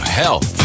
health